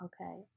okay